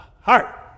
heart